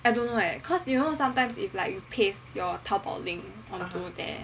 I don't know leh cause you know sometimes if you like paste your 淘宝 link onto there